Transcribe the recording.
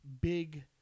big